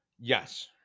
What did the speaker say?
Yes